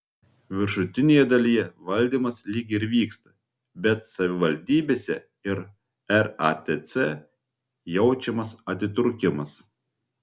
viršutinėje dalyje valdymas lyg ir vyksta bet savivaldybėse ir ratc jaučiamas atitrūkimas